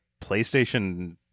PlayStation